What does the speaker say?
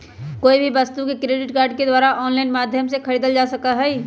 कोई भी वस्तु के क्रेडिट कार्ड के द्वारा आन्लाइन माध्यम से भी खरीदल जा सका हई